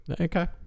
Okay